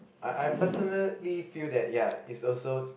I I personally feel that ya is also